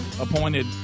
Appointed